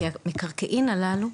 כי המקרקעין הללו,